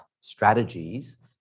strategies